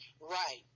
Right